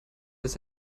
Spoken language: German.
ist